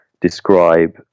describe